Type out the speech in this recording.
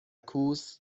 کوس